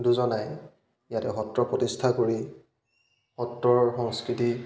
দুজনাই ইয়াতে সত্ৰ প্ৰতিষ্ঠা কৰি সত্ৰৰ সংস্কৃতি